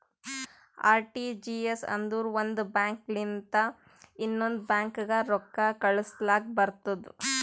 RTGS ಅಂದುರ್ ಒಂದ್ bank ಲಿಂತ ಇನ್ನೊಂದ್ ಬ್ಯಾಂಕ್ಗ ರೊಕ್ಕಾ ಕಳುಸ್ಲಾಕ್ ಬರ್ತುದ್